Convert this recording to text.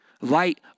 Light